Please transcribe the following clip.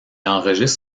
enregistre